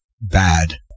bad